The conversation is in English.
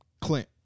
Clint